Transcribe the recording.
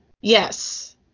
Yes